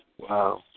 Wow